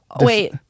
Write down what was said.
wait